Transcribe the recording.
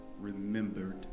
remembered